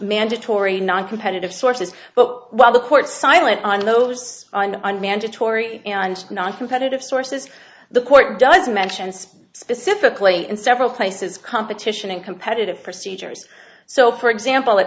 mandatory noncompetitive sources but while the court silent on those on a mandatory noncompetitive sources the court does mentioned specifically in several places competition in competitive procedures so for example